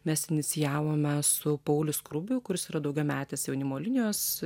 mes inicijavome mes su pauliu skrubiu kuris yra daugiametis jaunimo linijos